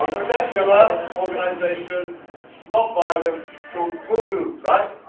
secular organization not violent cool cool dudes right